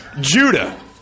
Judah